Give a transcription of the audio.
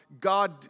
God